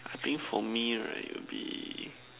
I think for me right it will be